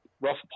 rough